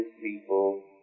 people